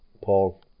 Paul